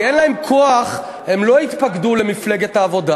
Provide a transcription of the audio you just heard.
כי אין להם כוח, הם לא התפקדו למפלגת העבודה.